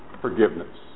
Forgiveness